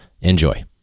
Enjoy